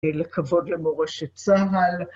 לכבוד למורשת צה"ל.